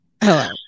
hello